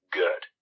good